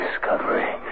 discovery